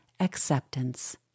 acceptance